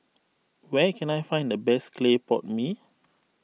where can I find the best Clay Pot Mee